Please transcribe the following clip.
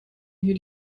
hier